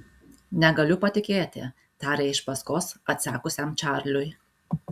negaliu patikėti tarė iš paskos atsekusiam čarliui